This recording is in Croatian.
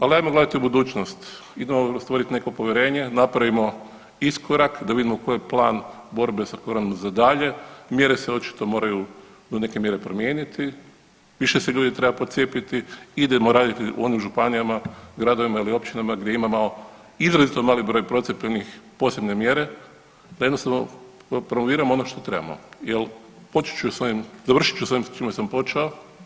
Al ajmo gledati u budućnost, idemo stvorit neko povjerenje, napravimo iskorak da vidimo koji je plan borbe sa koronom za dalje, mjere se očito moraju do neke mjere promijeniti, više se ljudi treba procijepiti, idemo raditi u onim županijama, gradovima ili općinama gdje imamo izrazito mali broj procijepljenih, posebne mjere odnosno … [[Govornik se ne razumije]] ono što trebamo jel počet ću s ovim, završit ću s ovim s čime sam počeo.